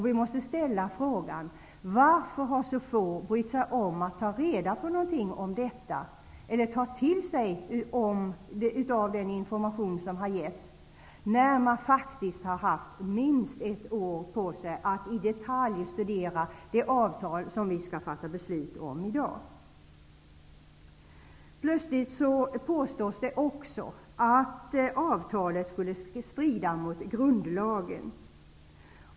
Vi måste ställa frågan: Varför har så få brytt sig om att ta reda på någonting om detta eller ta till sig den information som getts? Man har faktiskt haft minst ett år på sig att i detalj studera det avtal som vi skall fatta beslut om i dag. Plötsligt påstås det också att avtalet skulle strida mot grundlagen.